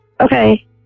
Okay